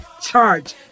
charge